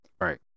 Right